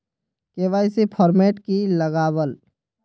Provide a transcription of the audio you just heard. KYC format की लगावल?